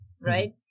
right